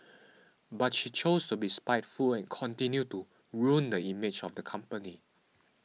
but she chose to be spiteful and continue to ruin the image of the company